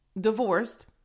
divorced